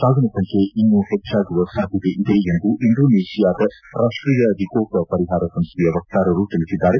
ಸಾವಿನ ಸಂಖ್ಯೆ ಇನ್ನು ಹೆಚ್ಲಾಗುವ ಸಾಧ್ಯತೆ ಇದೆ ಎಂದು ಇಂಡೋನೇಷಿಯಾದ ರಾಷ್ಲೀಯ ವಿಕೋಪ ಪರಿಹಾರ ಸಂಸ್ಥೆಯ ವಕ್ತಾರರು ತಿಳಿಸಿದ್ದಾರೆ